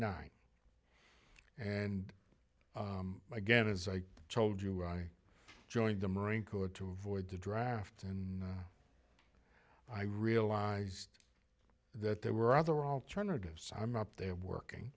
nine and again as i told you i joined the marine corps to avoid the draft and i realized that there were other alternatives i'm up there working